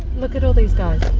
look at all these guys